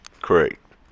Correct